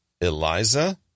Eliza